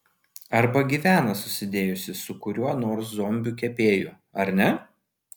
arba gyvena susidėjusi su kuriuo nors zombiu kepėju ar ne